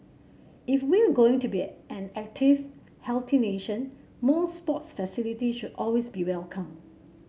if we're going to be an active healthy nation more sports facilities should always be welcome